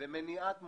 מניעת מונופולים.